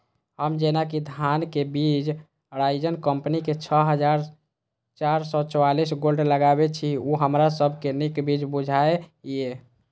हम जेना कि धान के बीज अराइज कम्पनी के छः हजार चार सौ चव्वालीस गोल्ड लगाबे छीय उ हमरा सब के नीक बीज बुझाय इय?